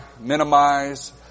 minimize